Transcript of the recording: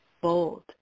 bold